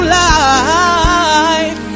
life